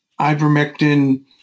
ivermectin